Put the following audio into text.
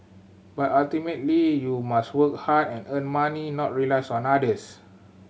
but ultimately you must work hard and earn money not rely on others